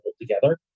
together